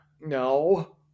No